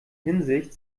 hinsicht